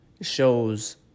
shows